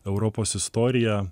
europos istorija